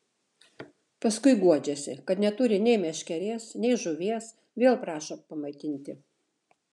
paskui guodžiasi kad neturi nei meškerės nei žuvies vėl prašo pamaitinti